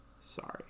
sorry